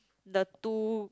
the two